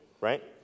right